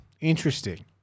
Interesting